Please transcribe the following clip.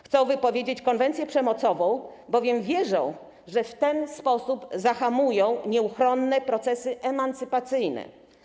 Chcą oni wypowiedzieć konwencję antyprzemocową, bowiem wierzą, że w ten sposób zahamują nieuchronne procesy emancypacyjne.